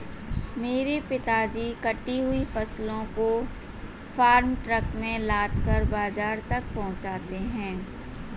मेरे पिताजी कटी हुई फसलों को फार्म ट्रक में लादकर बाजार तक पहुंचाते हैं